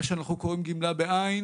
מה שאנחנו קוראים גמלה בעין,